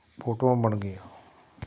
ਫੋਟੋਆਂ ਬਣ ਗਈਆਂ